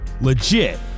legit